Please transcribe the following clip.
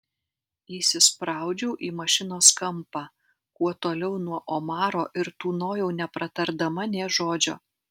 įsispraudžiau į mašinos kampą kuo toliau nuo omaro ir tūnojau nepratardama nė žodžio